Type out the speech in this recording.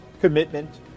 commitment